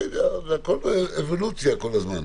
כל הזמן זאת אבולוציה.